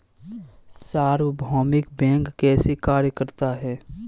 सार्वभौमिक बैंक कैसे कार्य करता है?